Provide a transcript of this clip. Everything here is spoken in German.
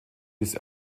dies